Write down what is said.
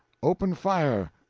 open fire!